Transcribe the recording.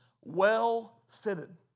well-fitted